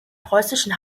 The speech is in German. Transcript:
preußischen